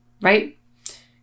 right